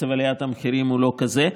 קצב עליית המחירים הוא לא כזה.